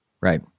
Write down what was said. Right